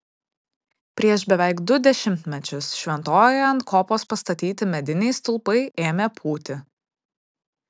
prieš beveik du dešimtmečius šventojoje ant kopos pastatyti mediniai stulpai ėmė pūti